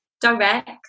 direct